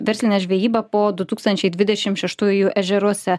versline žvejyba po du tūkstančiai dvidešim šeštųjų ežeruose